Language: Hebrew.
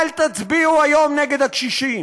אל תצביעו היום נגד הקשישים.